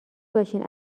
باشین